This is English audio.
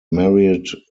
married